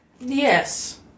Yes